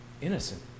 innocent